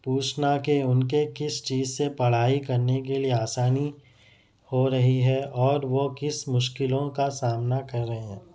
پوچھنا کہ ان کے کس چیز سے پڑھائی کرنے کے لئے آسانی ہو رہی ہے اور وہ کس مشکلوں کا سامنا کر رہے ہیں